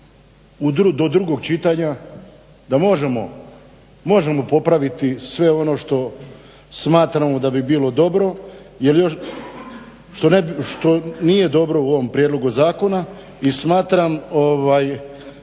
do drugog čitanja da možemo popraviti sve ono što smatramo da bi bilo dobro tj. što nije dobro u ovom prijedlogu zakona i smatram